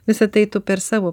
visa tai tu per savo